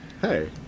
Hey